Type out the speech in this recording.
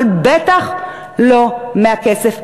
אבל בטח לא מהכסף הזה.